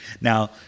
Now